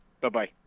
Bye-bye